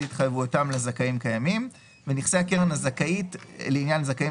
התחייבויותה לזכאים קיימים" "נכסי הקרן הזכאית לעניין זכאים